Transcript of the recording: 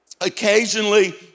occasionally